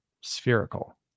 spherical